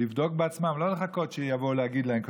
לבדוק בעצמן ולא לחכות שיבואו להגיד להם,